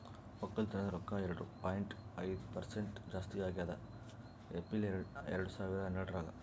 ಒಕ್ಕಲತನದ್ ರೊಕ್ಕ ಎರಡು ಪಾಯಿಂಟ್ ಐದು ಪರಸೆಂಟ್ ಜಾಸ್ತಿ ಆಗ್ಯದ್ ಏಪ್ರಿಲ್ ಎರಡು ಸಾವಿರ ಹನ್ನೆರಡರಾಗ್